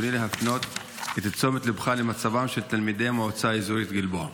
ברצוני להפנות את תשומת ליבך למצבם של תלמידי המועצה האזורית גלבוע.